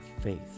faith